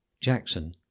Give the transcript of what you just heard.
Jackson